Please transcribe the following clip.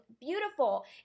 beautiful